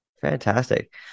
Fantastic